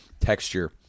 texture